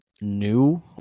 new